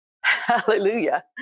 Hallelujah